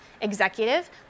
executive